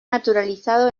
naturalizado